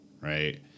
right